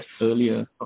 earlier